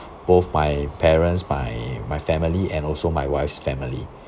both my parents my my family and also my wife's family